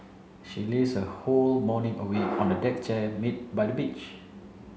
she lazed her whole morning away on the deck chair by the beach